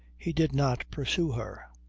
he did not pursue her.